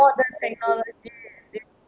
all the technologies